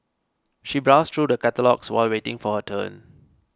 she browsed through the catalogues while waiting for her turn